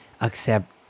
accept